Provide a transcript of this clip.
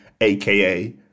aka